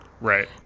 Right